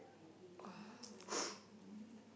uh